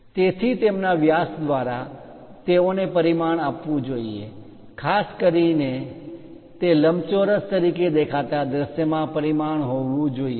તેથી તેમના વ્યાસ દ્વારા તેઓને પરિમાણ આપવું જોઈએ ખાસ કરીને તે લંબચોરસ તરીકે દેખાતા દૃશ્યમાં પરિમાણ હોવુ જોઈએ